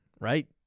right